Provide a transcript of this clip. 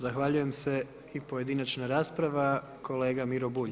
Zahvaljujem se i pojedinačna rasprava, kolega Miro Bulj.